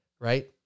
right